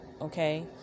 Okay